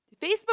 Facebook